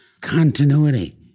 continuity